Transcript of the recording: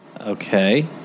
okay